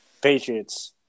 Patriots